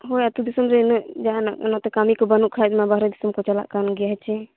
ᱦᱳᱭ ᱟᱹᱛᱩ ᱫᱤᱥᱚᱢ ᱨᱮ ᱩᱱᱟᱹᱜ ᱡᱟᱦᱟᱱᱟᱜ ᱱᱚᱛᱮ ᱠᱟᱹᱢᱤ ᱠᱚ ᱵᱟᱹᱱᱩᱜ ᱠᱷᱟᱱ ᱢᱟ ᱵᱟᱨᱦᱮ ᱫᱤᱥᱚᱢ ᱠᱚ ᱪᱟᱞᱟᱜ ᱠᱟᱱ ᱜᱮᱭᱟ ᱦᱮᱸᱥᱮ